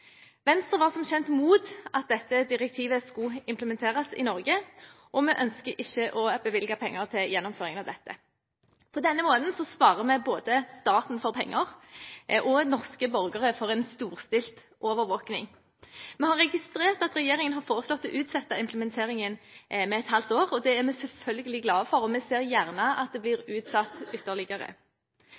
Venstre var som kjent mot at dette direktivet skulle implementeres i Norge, og vi ønsker ikke å bevilge penger til gjennomføringen av dette. På denne måten sparer vi både staten for penger og norske borgere for en storstilt overvåkning. Vi har registrert at regjeringen har foreslått å utsette implementeringen med et halvt år. Det er vi selvfølgelig glad for, og vi ser gjerne at det blir utsatt ytterligere.